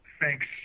Thanks